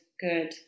good